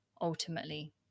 ultimately